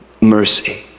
mercy